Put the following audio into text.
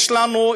יש לנו,